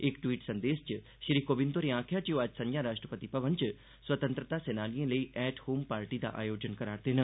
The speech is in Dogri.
इक टवीट् संदेस च श्री कोविंद होरें आखेआ जे ओह् अज्ज संझा राष्ट्रपति भवन च स्वतंत्रता सेनानिए लेई ऐट होम पार्टी दा आयोजन करा'रदे न